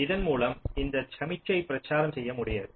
இதன் மூலம் இந்த சமிக்ஞை பிரச்சாரம் செய்ய முடியாது